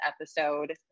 episode